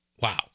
Wow